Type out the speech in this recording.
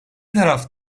taraf